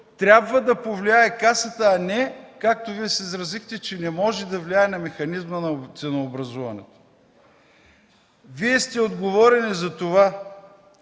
трябва да повлияе Касата, а не както Вие се изразихте, че не може да влияние на механизма на ценообразуването. Вие сте отговорен и за това,